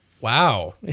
Wow